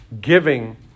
giving